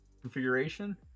configuration